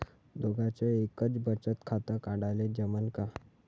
दोघाच एकच बचत खातं काढाले जमनं का?